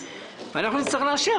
ואנחנו נצטרך לאשר,